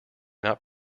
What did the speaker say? not